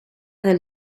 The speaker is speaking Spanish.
del